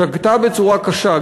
שגתה בצורה קשה,